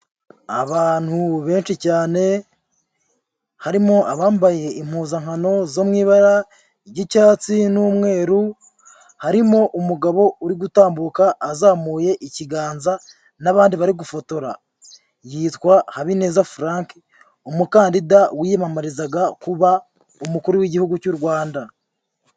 Abantu benshi cyane harimo abambaye impuzankano zo mu ibara ry'icyatsi n'umweru, harimo umugabo uri gutambuka azamuye ikiganza n'abandi bari gufotora, yitwa Habineza Frank umukandida wiyamamarizaga kuba umukuru w'igihugu cy'u Rwanda.